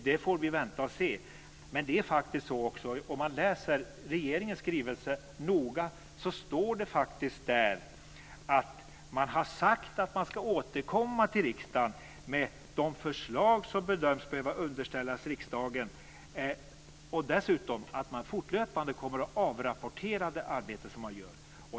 Där får vi vänta och se. Men det är faktiskt också så att om man läser regeringens skrivelse noga står det att man ska återkomma till riksdagen med de förslag som man bedömer skulle behöva underställas riksdagen. Dessutom står det att man fortlöpande kommer att avrapportera det arbete man utför.